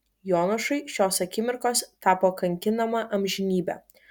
jonušui šios akimirkos tapo kankinama amžinybe